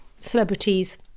celebrities